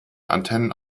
antennen